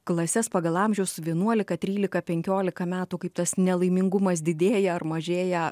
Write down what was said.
klases pagal amžius vienuolika trylika penkiolika metų kaip tas nelaimingumas didėja ar mažėja